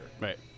right